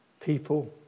people